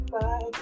Bye